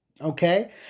Okay